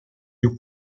you